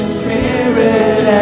spirit